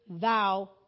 thou